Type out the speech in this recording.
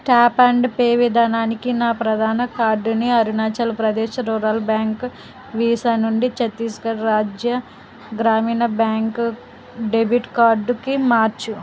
tap and pay విధానానికి నా ప్రధాన కార్డుని అరుణాచల్ప్రదేశ్ రూరల్ బ్యాంక్ వీసా నుండి ఛత్తీస్ఘడ్ రాజ్య గ్రామీణ బ్యాంకు డెబిట్ కార్డుకి మార్చు